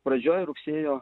pradžioj rugsėjo